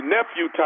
Nephew